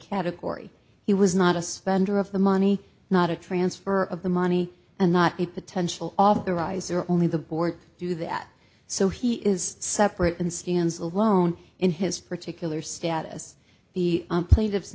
category he was not a spender of the money not a transfer of the money and not the potential of the riser only the board do that so he is separate and stands alone in his particular status the plaintiffs